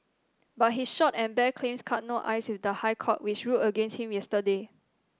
but his short and bare claims cut no ice with the High Court which ruled against him yesterday